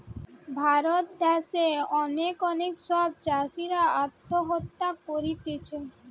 ভারত দ্যাশে অনেক অনেক সব চাষীরা আত্মহত্যা করতিছে